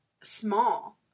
small